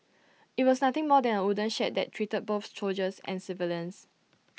IT was nothing more than A wooden shed that treated both soldiers and civilians